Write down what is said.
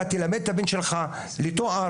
אתה תלמד את הבן שלך לתואר,